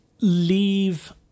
leave